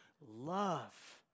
love